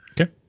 Okay